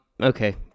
okay